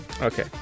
Okay